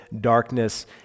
darkness